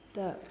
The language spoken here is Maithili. तऽ